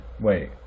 wait